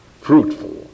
Fruitful